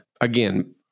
again